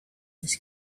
his